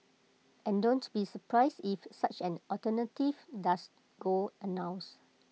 and don't be surprised if such an alternative does go announced